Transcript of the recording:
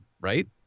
right